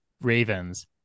Ravens